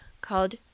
called